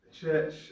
church